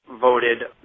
voted